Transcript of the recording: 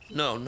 no